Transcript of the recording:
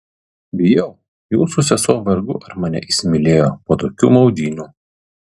bijau jūsų sesuo vargu ar mane įsimylėjo po tokių maudynių